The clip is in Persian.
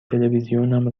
تلویزیونم